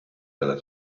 della